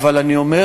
אבל אני אומר